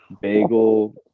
bagel